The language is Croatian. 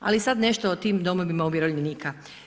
Ali sada nešto o tim domovima umirovljenika.